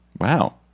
Wow